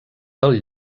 del